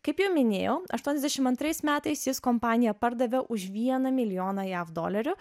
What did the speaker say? kaip jau minėjau aštuoniasdešimt antrais metais jis kompaniją pardavė už vieną milijoną jav dolerių